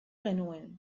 genuen